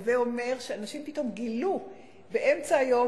הווי אומר שאנשים פתאום גילו באמצע היום,